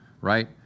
right